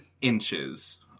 inches